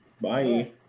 Bye